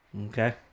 Okay